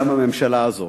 גם הממשלה הזאת,